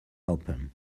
open